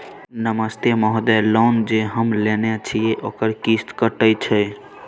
नमस्ते महोदय, लोन जे हम लेने छिये ओकर किस्त कत्ते छै?